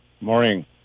Morning